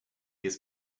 has